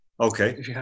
Okay